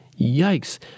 Yikes